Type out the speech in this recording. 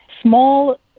small